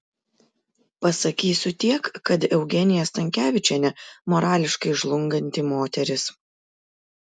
pasakysiu tiek kad eugenija stankevičienė morališkai žlunganti moteris